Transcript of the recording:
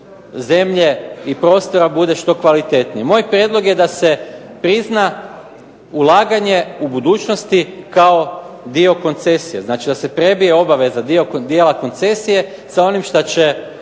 zemlje i prostora bude što kvalitetniji. Moj prijedlog je da se prizna ulaganje u budućnosti kao dio koncesije. Znači, da se prebije obaveza dijela koncesije sa onim što će